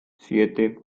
siete